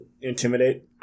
intimidate